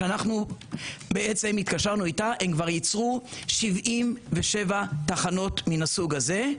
כשאנחנו התקשרנו איתה הם כבר ייצרו 77 תחנות מן הסוג הזה.